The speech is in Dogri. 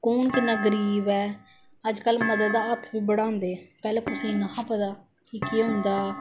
कुन किना गरीब ऐ अजकल मदद दा हत्थ बी बढादे पहले पहले कुसे गी नेई हा पता कि के होंदा